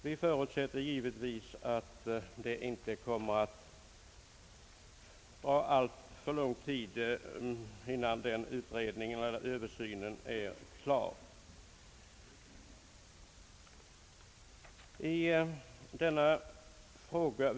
Vi förutsätter givetvis att det inte kommer att ta alltför lång tid innan översynen är avslutad.